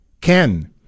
Ken